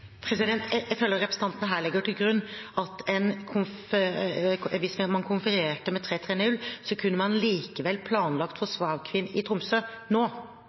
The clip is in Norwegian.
Jeg føler at representanten her legger til grunn at hvis man konfererte med 330-skvadronen, kunne man likevel planlagt for SAR Queen i Tromsø nå.